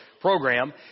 program